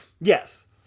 Yes